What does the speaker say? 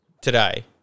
today